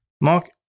Mark